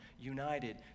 united